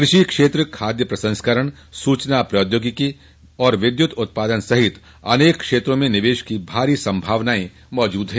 कृषि क्षेत्र खाद प्रसंस्करण सूचना प्रौद्योगिकी विद्युत उत्पादन सहित अनेक क्षेत्रों में निवेश की भारी संभावना मौजूद है